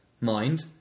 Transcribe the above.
mind